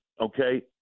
okay